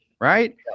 right